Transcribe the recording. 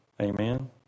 Amen